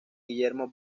guillermo